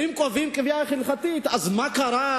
ואם קובעים קביעה הלכתית, אז מה קרה?